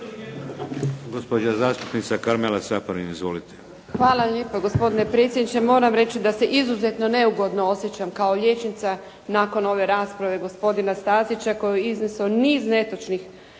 Hvala lijepa gospodine potpredsjedniče. Moram reći da se izuzetno neugodno osjećam kao liječnica nakon ove rasprave gospodina Stazića koji je iznesao niz netočnih